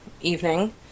evening